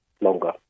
longer